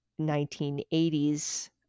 1980s